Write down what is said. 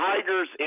tigers